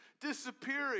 disappearing